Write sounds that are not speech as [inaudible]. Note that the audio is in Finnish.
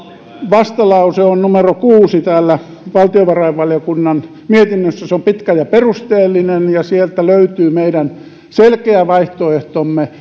vastalause on numero kuudella täällä valtiovarainvaliokunnan mietinnössä se on pitkä ja perusteellinen ja sieltä löytyy meidän selkeä vaihtoehtomme [unintelligible]